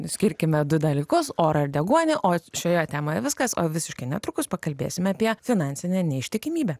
skirkime du dalykus orą ir deguonį o šioje temoje viskas o visiškai netrukus pakalbėsime apie finansinę neištikimybę